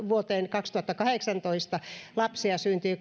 vuoteen kaksituhattakahdeksantoista lapsia syntyi